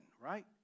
right